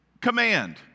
command